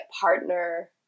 partner